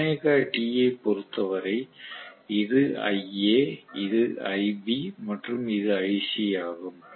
ωt ஐப் பொறுத்தவரை இது iA இது iB மற்றும் இது iC ஆகும்